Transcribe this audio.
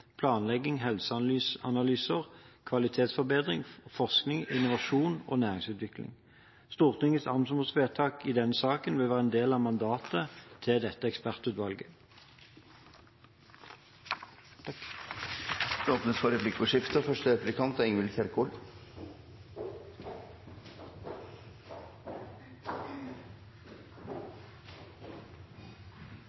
planlegging, helseanalyser, kvalitetsforbedring, forskning, innovasjon og næringsutvikling. Stortingets anmodningsvedtak i denne saken vil være en del av mandatet til dette ekspertutvalget. Det blir replikkordskifte.